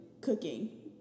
cooking